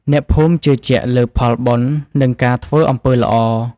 អ្នកភូមិជឿជាក់លើផលបុណ្យ និងការធ្វើអំពើល្អ។